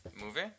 Movie